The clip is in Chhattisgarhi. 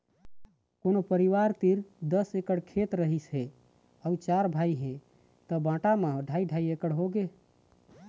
कोनो परिवार तीर दस एकड़ खेत रहिस हे अउ चार भाई हे त बांटा म ढ़ाई ढ़ाई एकड़ होगे